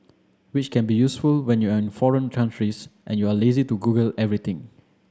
which can be useful when you in foreign country's and you're too lazy to Google everything